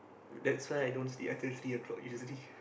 that's why I don't sleep until three o-clock usually